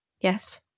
Yes